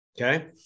Okay